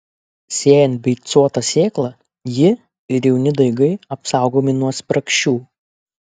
sėjant beicuotą sėklą ji ir jauni daigai apsaugomi nuo spragšių